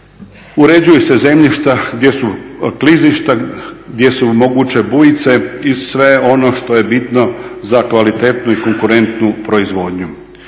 uređuju se zemljišta gdje su klizišta, gdje su moguće bujice i sve ono što je bitno za kvalitetniju, konkurentniju proizvodnju.